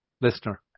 listener